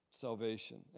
salvation